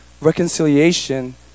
reconciliation